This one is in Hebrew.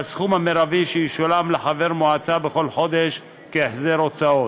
והסכום המרבי שישולם לחבר מועצה בכל חודש כהחזר הוצאות.